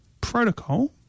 protocol